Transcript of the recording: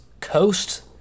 coast